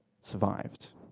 survived